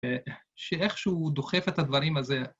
‫שאיכשהו הוא דוחף את הדברים הזה.